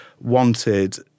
wanted